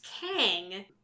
Kang